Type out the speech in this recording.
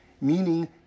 Meaning